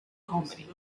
company